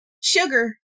sugar